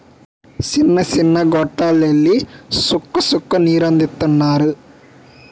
సిన్న సిన్న గొట్టాల్లెల్లి సుక్క సుక్క నీరందిత్తన్నారు